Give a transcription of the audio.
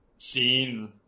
Seen